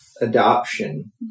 adoption